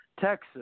Texas